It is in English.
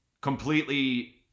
completely